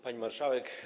Pani Marszałek!